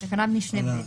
בתקנת משנה (ב),